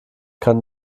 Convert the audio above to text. kann